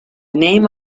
name